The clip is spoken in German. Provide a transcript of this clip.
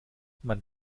man